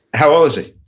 how old is he?